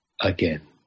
again